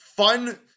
Fun